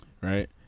Right